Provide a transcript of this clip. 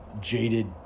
jaded